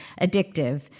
addictive